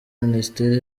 minisiteri